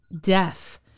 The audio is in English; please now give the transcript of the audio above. death